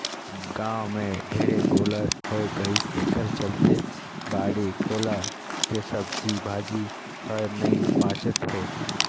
गाँव में ढेरे गोल्लर होय गइसे एखरे चलते बाड़ी कोला के सब्जी भाजी हर नइ बाचत हे